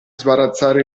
sbarazzare